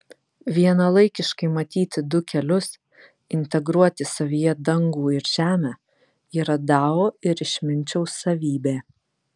vienalaikiškai matyti du kelius integruoti savyje dangų ir žemę yra dao ir išminčiaus savybė